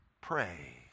Pray